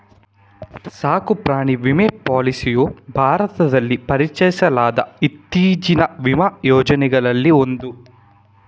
ಸಾಕು ಪ್ರಾಣಿ ವಿಮಾ ಪಾಲಿಸಿಯು ಭಾರತದಲ್ಲಿ ಪರಿಚಯಿಸಲಾದ ಇತ್ತೀಚಿನ ವಿಮಾ ಯೋಜನೆಗಳಲ್ಲಿ ಒಂದು